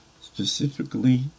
specifically